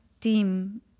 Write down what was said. team